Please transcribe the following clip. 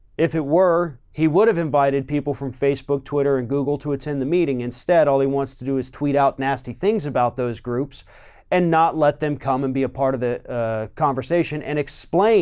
if it were, he would have invited people from facebook, twitter, and google to attend the meeting. instead, all he wants to do is tweet out nasty things about those groups and not let them come and be a part of the ah conversation and explain